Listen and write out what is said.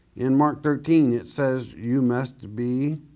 in mark thirteen it says, you must be